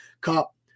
Cup